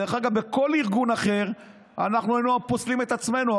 דרך אגב, בכל ארגון אחר היינו פוסלים את עצמנו.